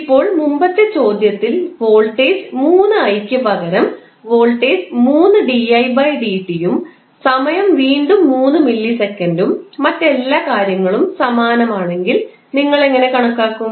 ഇപ്പോൾ മുമ്പത്തെ ചോദ്യത്തിൽ വോൾട്ടേജ് 3i ക്ക് പകരം വോൾട്ടേജ് 3𝑑𝑖𝑑𝑡 യും സമയം വീണ്ടും 3 മില്ലി സെക്കൻഡും മറ്റെല്ലാ കാര്യങ്ങളും സമാനമാണെങ്കിൽ നിങ്ങൾ എങ്ങനെ കണക്കാക്കും